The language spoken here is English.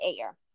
air